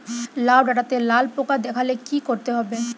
লাউ ডাটাতে লাল পোকা দেখালে কি করতে হবে?